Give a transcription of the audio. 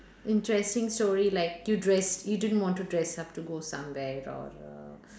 interesting story like you dress you didn't want to dress up to go somewhere or err